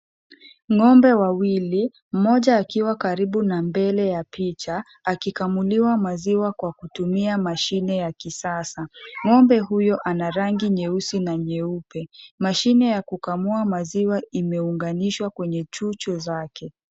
Ngombe wawili, mmoja akiwa karibu na mbele na picha akikamuliwa maziwa kwa kutumia mashine ya kisasa, ngombe huyo ana rangi nyeusi na nyeupe, mashine ya kukamua maziwa imeunganishwa kwenye chuchu zake.